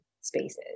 spaces